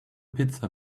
pizza